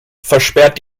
versperrt